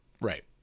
right